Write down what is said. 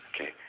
Okay